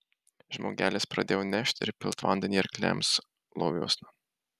žmogelis pradėjo nešt ir pilt vandenį arkliams loviuosna